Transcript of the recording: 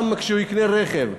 גם כשהוא יקנה רכב,